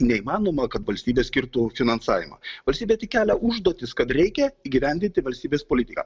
neįmanoma kad valstybė skirtų finansavimą valstybė tik kelia užduotis kad reikia įgyvendinti valstybės politiką